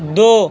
دو